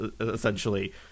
essentially